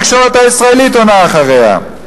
התקשורת הישראלית עונה אחריה.